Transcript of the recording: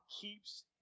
keeps